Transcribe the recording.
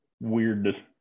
weird